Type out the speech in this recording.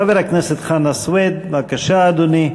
חבר הכנסת חנא סוייד, בבקשה, אדוני.